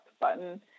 button